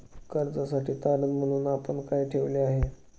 कर्जासाठी तारण म्हणून आपण काय ठेवले आहे?